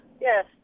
Yes